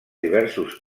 diversos